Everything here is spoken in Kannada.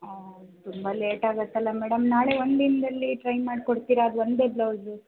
ಓಹ್ ತುಂಬ ಲೇಟಾಗತ್ತಲ್ಲ ಮೇಡಮ್ ನಾಳೆ ಒಂದು ದಿನದಲ್ಲಿ ಟ್ರೈ ಮಾಡಿಕೊಡ್ತೀರಾ ಅದು ಒಂದೇ ಬ್ಲೌಸ್